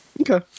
Okay